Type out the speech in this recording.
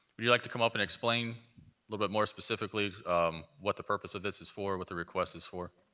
would you like to come up and explain a little bit more specifically um what the purpose of this is for, what the request is for?